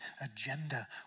agenda